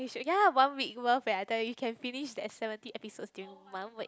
you should ya one week worth eh I tell you you can finish that seventy episodes during one week